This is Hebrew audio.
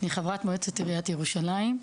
אני חברת מועצת עריית ירושלים,